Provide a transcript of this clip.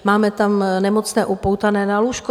Máme tam nemocné upoutané na lůžko.